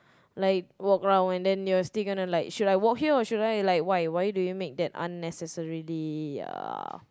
like walk around and then you're still gonna like should I walk here or should I like why why do you make that unnecessarily uh